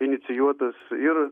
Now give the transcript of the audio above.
inicijuotas ir